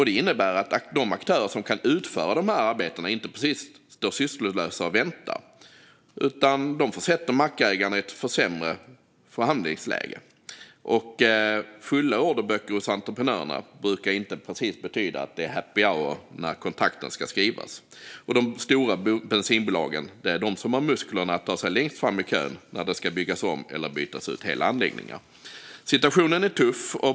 Det innebär att de aktörer som kan utföra dessa arbeten inte precis står sysslolösa och väntar, vilket försätter mackägarna i ett sämre förhandlingsläge. Fulla orderböcker hos entreprenörerna brukar inte betyda att det är happy hour när kontrakten ska skrivas, och de stora bensinbolagen är de som har musklerna att ta sig längst fram i kön när det ska byggas om eller bytas ut hela anläggningar. Situationen är tuff.